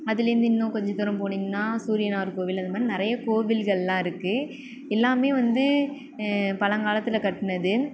அதுலேருந்து இன்னும் கொஞ்சம் தூரம் போனிங்கன்னா சூரியனார்கோவில் அதுமாதிரி நிறைய கோவில்களெலாம் இருக்குது எல்லாமே வந்து பழங்காலத்தில் கட்டினது